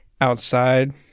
outside